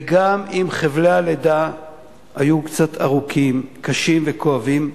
וגם אם חבלי הלידה היו קצת ארוכים, קשים וכואבים,